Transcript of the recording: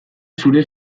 zure